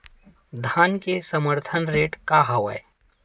धान के समर्थन रेट का हवाय?